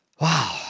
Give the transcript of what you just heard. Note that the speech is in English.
Wow